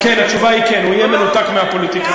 התשובה היא כן, הוא יהיה מנותק מהפוליטיקאים.